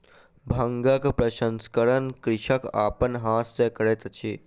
भांगक प्रसंस्करण कृषक अपन हाथ सॅ करैत अछि